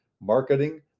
marketing